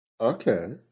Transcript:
Okay